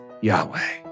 Yahweh